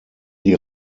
die